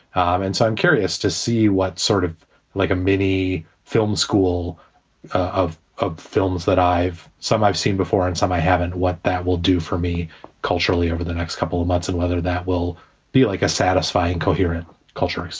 and so i'm curious to see what sort of like a mini film school of films films that i've some i've seen before and some i haven't. what that will do for me culturally over the next couple of months and whether that will be like a satisfying, coherent culture,